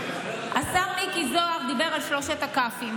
השר מיקי זוהר דיבר על שלושת הכ"פים,